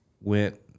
went